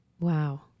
Wow